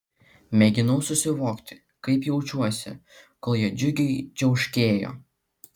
mėginau susivokti kaip jaučiuosi kol jie džiugiai čiauškėjo